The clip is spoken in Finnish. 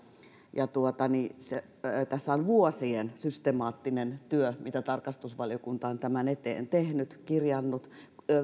ja tässä on vuosien systemaattinen työ mitä tarkastusvaliokunta on tämän eteen tehnyt kirjannut